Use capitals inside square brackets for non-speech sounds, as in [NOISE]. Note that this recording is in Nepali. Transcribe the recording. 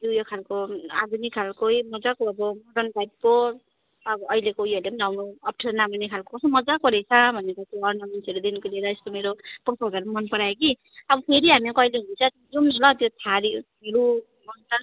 त्यो उयो खालको आधुनिक खालकै मजाको अब मोडर्न टाइपको अब अहिलेको उयोहरूले पनि लगाउनु अप्ठ्यारो नमान्ने खालको कस्तो मजाको रहेछ भनेर चाहिँ अर्नमेन्ट्सहरूदेखिको लिएर यस्तो मेरो [UNINTELLIGIBLE] मनपरायो कि अब फेरि हामी कहिले हुन्छ जाउँ न ल त्यो [UNINTELLIGIBLE]